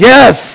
Yes